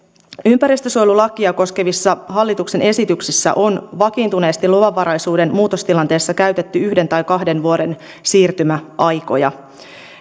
ympäristönsuojelulakia koskevissa hallituksen esityksissä on vakiintuneesti luvanvaraisuuden muutostilanteessa käytetty yhden tai kahden vuoden siirtymäaikoja